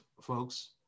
folks